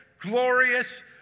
glorious